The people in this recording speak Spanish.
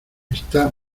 está